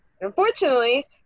Unfortunately